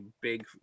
big